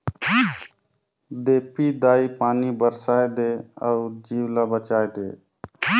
देपी दाई पानी बरसाए दे अउ जीव ल बचाए दे